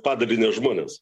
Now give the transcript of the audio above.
padalinio žmonės